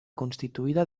constituïda